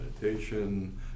meditation